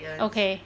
okay